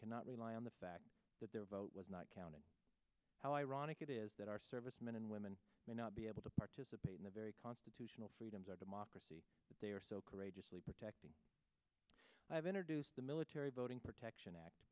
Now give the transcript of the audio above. cannot rely on the fact that their vote was not counted how ironic it is that our servicemen and women may not be able to participate in the very constitutional freedoms our democracy they are so courageously protecting i have introduced the military voting protection act